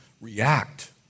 react